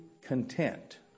content